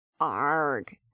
arg